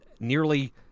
Nearly